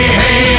hey